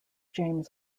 james